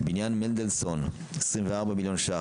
בניין מנדלסון 24 מיליון ש"ח.